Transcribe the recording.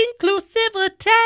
inclusivity